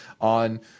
on